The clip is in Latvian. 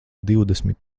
divdesmit